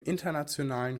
internationalen